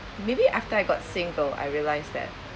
maybe after I got single I realised that